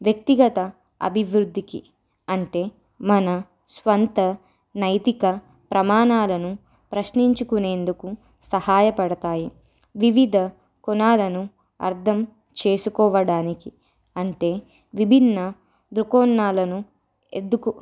వ్యక్తిగత అభివృద్ధికి అంటే మన స్వంత నైతిక ప్రమాణాలను ప్రశ్నించుకునేందుకు సహాయపడతాయి వివిధ కోణాలను అర్థం చేసుకోవడానికి అంటే విభిన్న దృక్కోణాలను ఎద్దుకు